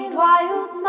wild